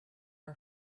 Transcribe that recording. are